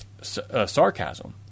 sarcasm